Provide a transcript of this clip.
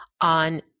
on